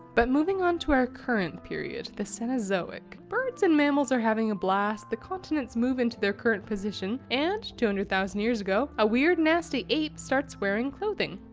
but moving on to our current period, the cenozoic! birds and mammals are having a blast, the continents move into their current position, and two hundred thousand years ago a weird nasty ape starts wearing clothing.